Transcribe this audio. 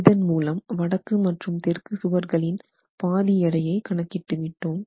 இதன் மூலம் வடக்கு மற்றும் தெற்கு சுவர்களின் பாதி எடையை கணக்கிட்டு விட்டோம்